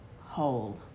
whole